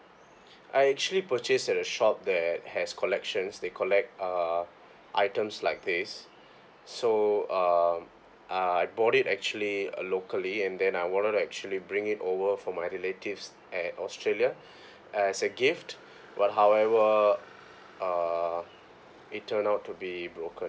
I actually purchased at a shop that has collections they collect uh items like these so uh uh I bought it actually uh locally and then I wanted to actually bring it over for my relatives at australia as a gift but however uh it turned out to be broken